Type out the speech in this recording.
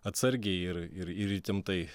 atsargiai ir ir ir įtemptai